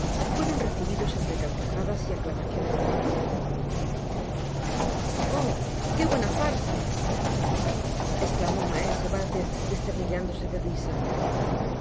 fueron recibidos entre carcajadas y aclamaciones de alegria oh que buena farsa csclamó maese bales desternillándose de risa